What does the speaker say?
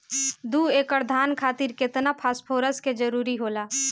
दु एकड़ धान खातिर केतना फास्फोरस के जरूरी होला?